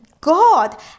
God